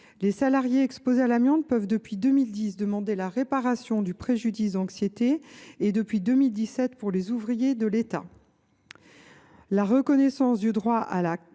Les salariés exposés à l’amiante peuvent, depuis 2010, demander la réparation du préjudice d’anxiété, quand les ouvriers de l’État